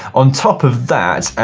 on top of that,